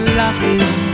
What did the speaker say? laughing